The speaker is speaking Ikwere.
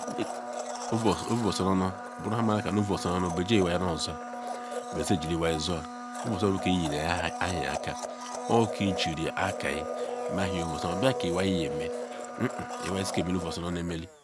Ovu oso nu onu buru nha mu naka nu ovu oso nu onu beji iwai nu osua be bejila iwaa sua ovu oso nu onu buke eyinu ewhi aka obuka jirikayi ne owu oso nu onu obia ke iwai yeme hehen iwai suko emele ovuoso nu ome emele.